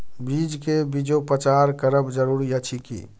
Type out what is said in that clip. बीज के बीजोपचार करब जरूरी अछि की?